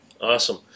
Awesome